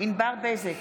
ענבר בזק,